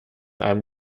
einem